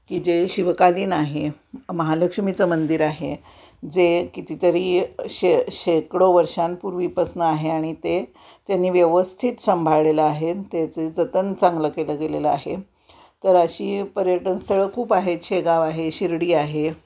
की जे शिवकालीन आहे महालक्ष्मीचं मंदिर आहे जे कितीतरी शे शेकडो वर्षांपूर्वीपासून आहे आणि ते त्यांनी व्यवस्थित सांभाळलेलं आहे त्याचं जतन चांगलं केलं गेलेलं आहे तर अशी पर्यटनस्थळं खूप आहेत शेगाव आहे शिर्डी आहे